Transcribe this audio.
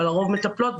אבל הרוב מטפלות,